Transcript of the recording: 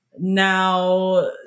Now